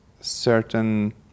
certain